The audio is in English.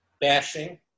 bashing